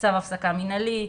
צו הפסקה מינהלי,